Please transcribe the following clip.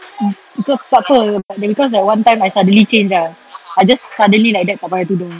mm itu sebab apa because that one time I suddenly change ah I just suddenly like that tak pakai tudung